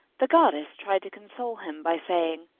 the goddess tried to console him by saying,